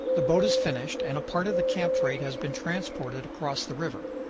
the boat is finished and a part of the camp freight has been transported across the river.